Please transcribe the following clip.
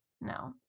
No